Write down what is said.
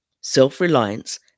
self-reliance